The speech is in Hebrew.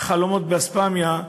חלומות באספמיה,